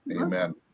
Amen